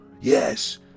Yes